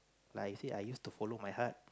like I say I used to follow my heart